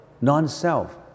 Non-self